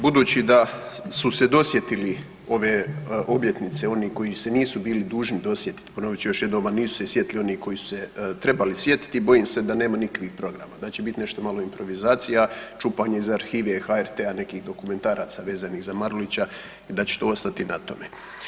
Budući da su se dosjetili ove obljetnice oni koji se nisu bili dužni dosjetiti, ponovit ću još jednom, a nisu se sjetili oni koji su se trebali sjetiti bojim se da nema nikakvih programa, da će biti nešto malo improvizacija, čupanje iz arhive HRT-a nekih dokumentaraca vezanih za Marulića i da će to ostati na tome.